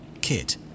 Kit